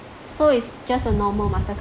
so it's just a normal mastercard